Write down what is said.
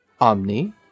Omni